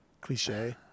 cliche